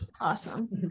Awesome